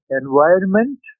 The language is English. environment